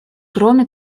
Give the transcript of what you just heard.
кроме